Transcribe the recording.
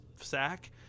sack